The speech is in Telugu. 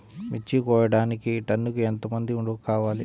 మిర్చి కోయడానికి టన్నుకి ఎంత మంది కావాలి?